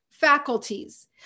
faculties